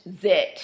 zit